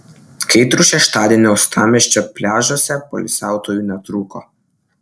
kaitrų šeštadienį uostamiesčio pliažuose poilsiautojų netrūko